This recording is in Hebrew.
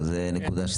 אם תרצה,